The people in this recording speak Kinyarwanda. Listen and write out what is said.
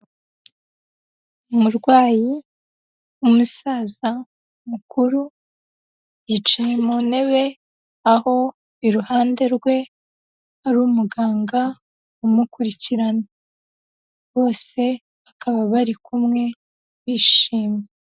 Umurwayi w'umusaza mukuru, yicaye mu ntebe aho iruhande rwe hari umuganga umukurikirana, bose bakaba bari kumwe bishimye.